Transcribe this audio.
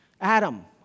Adam